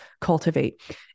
cultivate